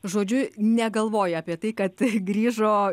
žodžiu negalvoja apie tai kad grįžo